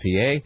PA